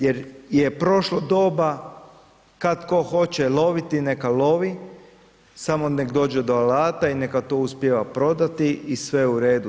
Jer je prošlo doba kad tko hoće loviti, neka lovi samo nek dođe do alata i neka to uspijeva prodati i sve u redu.